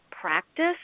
practice